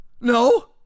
No